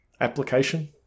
application